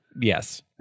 yes